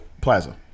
Plaza